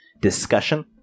discussion